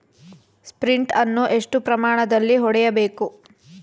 Sprint ಅನ್ನು ಎಷ್ಟು ಪ್ರಮಾಣದಲ್ಲಿ ಹೊಡೆಯಬೇಕು?